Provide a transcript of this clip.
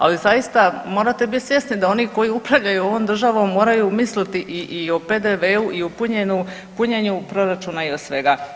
Ali zaista morate bit svjesni da oni koji upravljaju ovom državom moraju misliti i o PDV-u i o punjenju proračuna i svega.